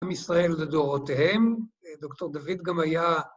‫עם ישראל לדורותיהם. ‫ד"ר דוד גם היה...